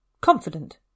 confident